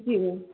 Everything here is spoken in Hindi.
ठीक है